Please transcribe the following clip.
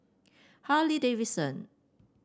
Harley Davidson